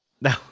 no